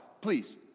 please